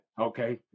okay